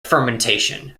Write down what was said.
fermentation